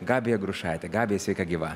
gabiją grušaitę gabiai sveika gyva